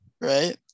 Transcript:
right